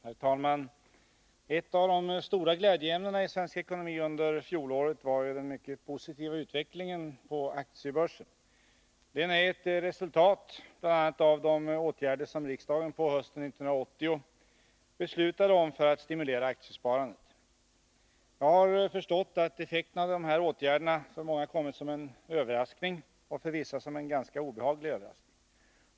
Herr talman! Ett av de stora glädjeämnena i svensk ekonomi under fjolåret var den mycket positiva utvecklingen på aktiebörsen. Den är ett resultat bl.a. av de åtgärder som riksdagen på hösten 1980 beslutade om för att stimulera aktiesparandet. Jag har förstått att effekterna av dessa åtgärder för många kommit som en överraskning — för vissa som en ganska obehaglig överraskning.